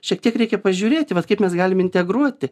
šiek tiek reikia pažiūrėti vat kaip mes galim integruoti